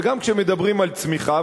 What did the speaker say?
וגם כשמדברים על צמיחה,